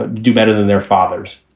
do better than their fathers,